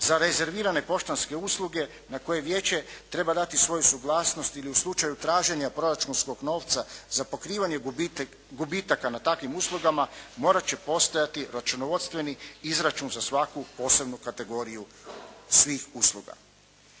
za rezervirane poštanske usluge na koje vijeće treba dati svoju suglasnost ili u slučaju traženja proračunskog novca za pokrivanje gubitaka na takvim uslugama, morat će postojati računovodstveni izračun za svaku posebnu kategoriju svih usluga.